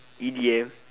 e_d_m